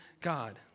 God